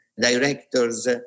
directors